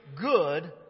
good